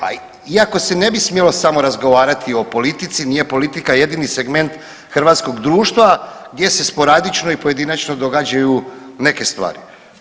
Pa, iako se ne bi smjelo samo razgovarati o politici, nije politika jedini segment hrvatskog društva gdje se sporadično i pojedinačno događaju neke stvari.